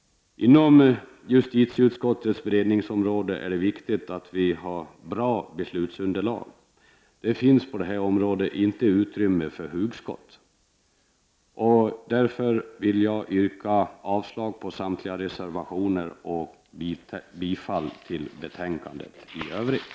Inom justitieutskottets beredningsområde är det viktigt att vi har bra beslutsunderlag. Det finns på det här området inte utrymme för hugskott. Därmed vill jag yrka avslag på samtliga reservationer och bifall till utskottets hemställan.